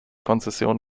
konzession